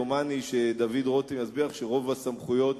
דומני שדוד רותם יסביר לך שרוב הסמכויות